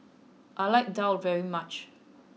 I like Daal very much